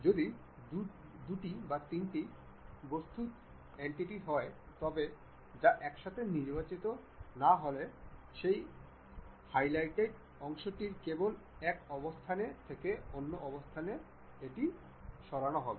যদি দু তিনটি স্বতন্ত্র এন্টিটি হয় তবে তা একসাথে নির্বাচিত না হলে সেই হাইলাইট অংশটির কেবল এক অবস্থান থেকে অন্য অবস্থানে সরানো হবে